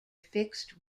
fixed